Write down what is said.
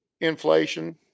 inflation